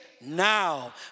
now